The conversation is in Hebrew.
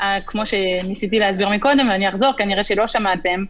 כמו שניסיתי להסביר קודם כנראה שלא שמעתם,